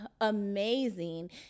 amazing